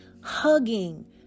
hugging